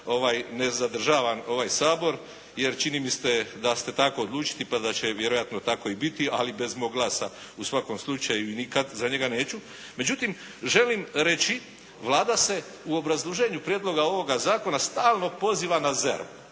ne zadržavam ovaj Sabor jer čini mi se da ste tako odlučili pa da će vjerojatno tako i biti, ali bez mog glasa u svakom slučaju i nikad za njega neću. Međutim želim reći, Vlada se u obrazloženju prijedloga ovoga zakona stalno poziva na ZERP